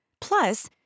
Plus